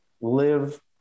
live